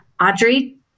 Audrey